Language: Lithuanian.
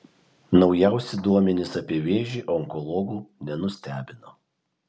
naujausi duomenys apie vėžį onkologų nenustebino